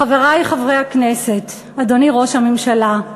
חברי חברי הכנסת, אדוני ראש הממשלה,